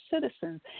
citizens